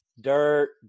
dirt